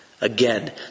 Again